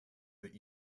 that